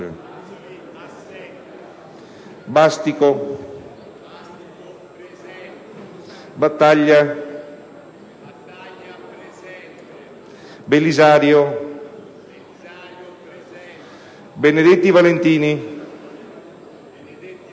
Bastico, Battaglia, Belisario, Benedetti Valentini,